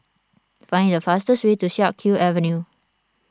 find the fastest way to Siak Kew Avenue